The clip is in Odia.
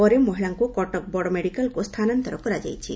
ପରେ ମହିଳାଙ୍କୁ କଟକ ବଡ଼ମେଡ଼ିକାଲକୁ ସ୍ଥାନାନ୍ତର କରାଯାଇଛି